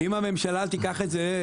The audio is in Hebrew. אבל אם הממשלה תיקח את זה,